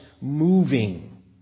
moving